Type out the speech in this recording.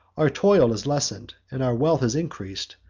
our toil is lessened, and our wealth is increased,